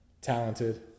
Talented